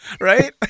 Right